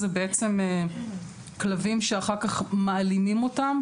זה בעצם כלבים שאחר כל מעלימים אותם,